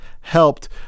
helped